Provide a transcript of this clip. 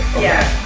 yeah.